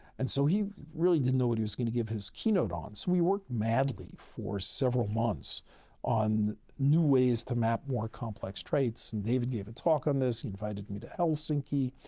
and so, he really didn't know what he was going to give his keynote on. so, we worked madly for several months on new ways to map more complex traits. and david gave a talk on this, he invited me to helsinki.